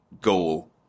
goal